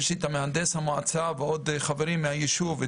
יש איתי את מהנדס המועצה ועוד חברים מהישוב,